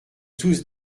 tous